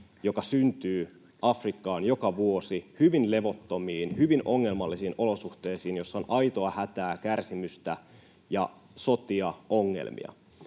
joka syntyy Afrikkaan joka vuosi hyvin levottomiin, hyvin ongelmallisiin olosuhteisiin, joissa on aitoa hätää, kärsimystä ja sotia, ongelmia.